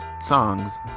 songs